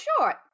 short